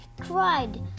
cried